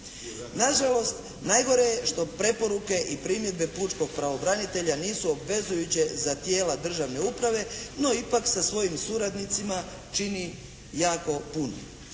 Nažalost najgore je što preporuke i primjedbe pučkog pravobranitelja nisu obvezujuće za tijela državne uprave no, ipak sa svojim suradnicima čini jako puno.